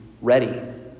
ready